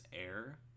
air